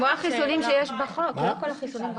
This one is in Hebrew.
כמו החיסונים שיש בחוק, לא כל החיסונים בחוק.